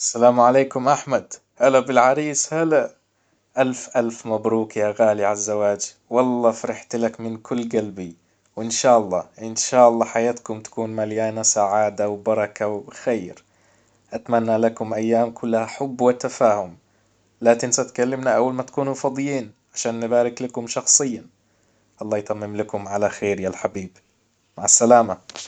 السلام عليكم احمد هلا بالعريس هلا الف الف مبروك يا غالي عالزواج والله فرحت لك من كل قلبي وان شاء الله ان شاء الله حياتكم تكون مليانة سعادة وبركة وخير اتمنى لكم ايام كلها حب وتفاهم لا تنسى تكلمنا اول ما تكونوا فاضيين عشان نبارك لكم شخصيا الله يتمم لكم على خير يا الحبيب مع السلامة